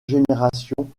génération